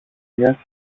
μια